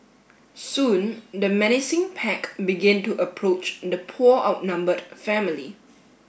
soon the menacing pack began to approach the poor outnumbered family